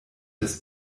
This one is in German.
des